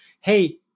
Hey